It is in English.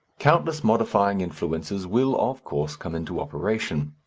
countless modifying influences will, of course, come into operation.